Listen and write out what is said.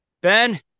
ben